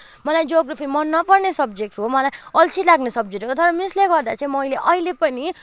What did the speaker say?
मलाई जियोग्राफी मन नपर्ने सब्जेक्ट हो मलाई अल्छि लाग्ने सब्जेक्ट हो तर मिसले गर्दा चाहिँ मैले अहिले पनि